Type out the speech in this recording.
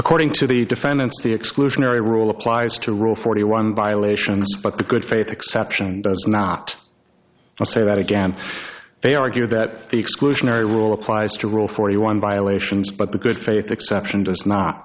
according to the defendants the exclusionary rule applies to rule forty one violations but the good faith exception does not say that again they argue that the exclusionary rule applies to rule forty one violations but the good faith exception does not